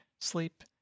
sleep